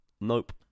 nope